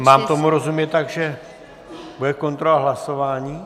Mám tomu rozumět tak, že bude kontrola hlasování?